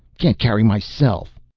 can't carry myself.